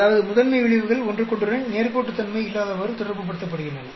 அதாவது முதன்மை விளைவுகள் ஒன்றுக்கொன்றுடன் நேர்கோட்டுத்தன்மை இல்லாதவாறு தொடர்புபடுத்தப்படுகின்றன